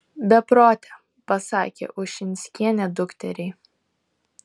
beprote pasakė ušinskienė dukteriai